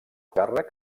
càrrec